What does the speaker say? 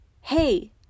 hey